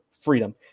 freedom